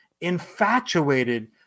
infatuated